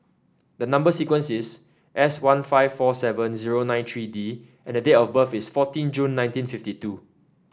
number sequence is S one five four seven zero nine three D and date of birth is fourteen June nineteen fifty two